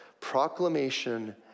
proclamation